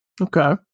Okay